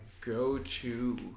go-to